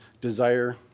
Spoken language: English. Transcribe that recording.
desire